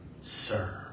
sir